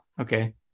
okay